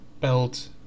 belt